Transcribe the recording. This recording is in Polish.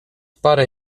parę